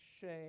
shame